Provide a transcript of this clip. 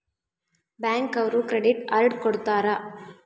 bank ಅವ್ರು credit card ಕೊಡ್ತಾರ